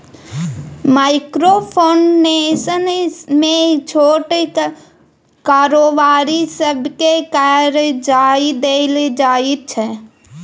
micro finance मे छोट कारोबारी सबकेँ करजा देल जाइ छै